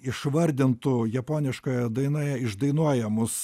išvardintų japoniškoje dainoje išdainuojamus